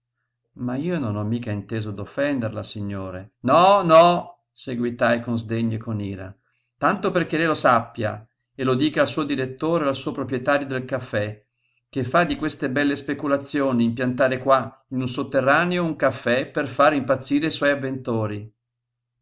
ma io non ho mica inteso d'offenderla signore no no seguitai con sdegno e con ira tanto perché lei lo sappia e lo dica al suo direttore o al signor proprietario del caffè che fa di queste belle speculazioni impiantare qua in un sotterraneo un caffè per fare impazzire i suoi avventori